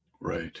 Right